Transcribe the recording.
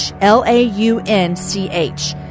L-A-U-N-C-H